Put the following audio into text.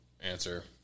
answer